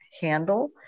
handle